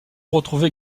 retrouve